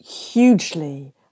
hugely